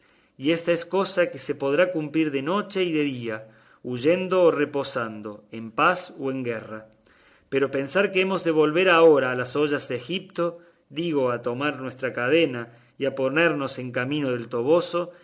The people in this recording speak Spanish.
y ésta es cosa que se podrá cumplir de noche y de día huyendo o reposando en paz o en guerra pero pensar que hemos de volver ahora a las ollas de egipto digo a tomar nuestra cadena y a ponernos en camino del toboso